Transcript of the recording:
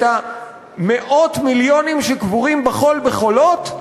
את מאות המיליונים שקבורים בחול ב"חולות",